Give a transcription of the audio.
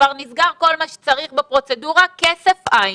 שכבר נסגר כל מה שצריך בפרוצדורה אבל כסף אין.